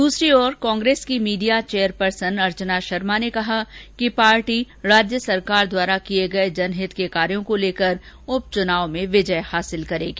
दूसरी ओर कांग्रेस की मीडिया चेयरपर्सन अर्चना शर्मा ने कहा कि पार्टी राज्य सरकार द्वारा किये गये जनहित के कार्यो को लेकर उपचुनाव में विजय हासिल करेंगी